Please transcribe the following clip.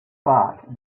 thought